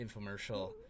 infomercial